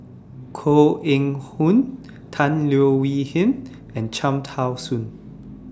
Koh Eng Hoon Tan Leo Wee Hin and Cham Tao Soon